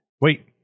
Wait